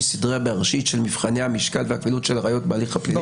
סדרי בראשית של מבחני המשקל וקבילות של הראיות בהליך הפלילי.